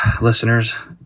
listeners